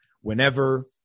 whenever